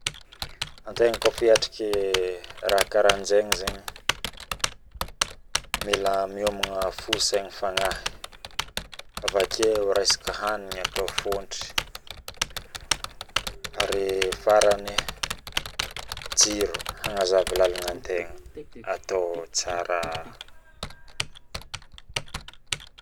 antegna kofa hiatriky raha karahanhegna zaigny mila miomagna fo saigna fagnahy avakeo resaka hanigny atao fontry ary farany jiro atao tsara